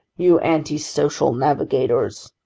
you antisocial navigators!